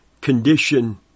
condition